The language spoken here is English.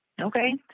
okay